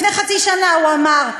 לפני חצי שנה הוא אמר,